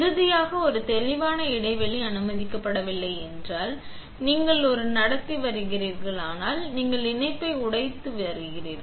இறுதியாக ஒரு தெளிவான இடைவெளி அனுமதிக்கப்படவில்லை என்பதால் நீங்கள் ஒரு நடத்தி வருகிறீர்களானால் நீங்கள் இணைப்பை உடைத்து வருகிறீர்கள்